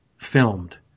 Filmed